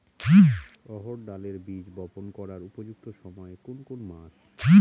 অড়হড় ডালের বীজ বপন করার উপযুক্ত সময় কোন কোন মাস?